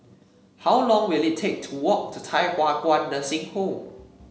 how long will it take to walk to Thye Hua Kwan Nursing Home